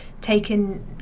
taken